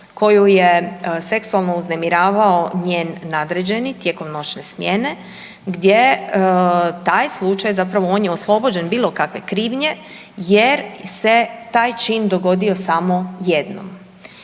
koju je seksualno uznemiravao njen nadređeni tijekom noćne smjene gdje taj slučaj zapravo on je oslobođen bilo kakve krivnje jer se taj čin dogodio samo jednom.